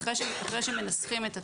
אחרי שנראה שמנסחים את התקנות,